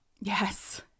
yes